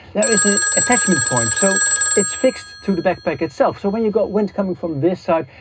there is an attachment point, so it's fixed to the backpack itself, so when you've got wind coming from this side,